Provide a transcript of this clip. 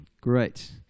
great